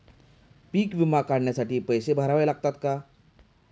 पीक विमा काढण्यासाठी पैसे भरावे लागतात का?